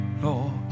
Lord